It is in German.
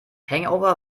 hangover